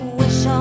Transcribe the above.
wish